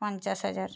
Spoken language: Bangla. পঞ্চাশ হাজার